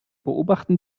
beobachten